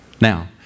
Now